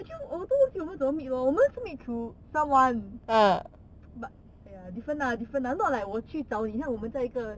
actually 我忘记我们真么 meet lor 我们是 meet through term one but !aiya! different lah different lah not like 我去找你你看我们在一个